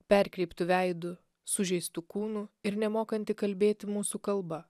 perkreiptu veidu sužeistu kūnu ir nemokanti kalbėti mūsų kalba